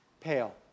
pale